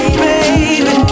baby